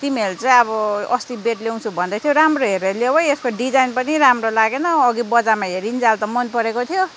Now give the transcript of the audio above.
तिमीहरू चाहिँ अब अस्ति बेड ल्याउँछु भन्दै थियौ राम्रो हेरेर ल्याऊ है यसको डिजाइन पनि राम्रो लागेन अघि बजारमा हेरुन्जेल त मनपरेको थियो